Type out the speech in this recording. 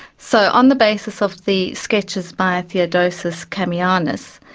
so on the basis of the sketches by theodosis komianos,